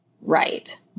right